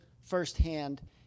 firsthand